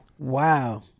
Wow